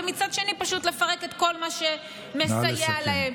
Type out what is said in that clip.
ומצד שני פשוט לפרק את כל מה שמסייע להם.